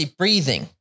breathing